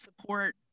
support